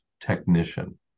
Technician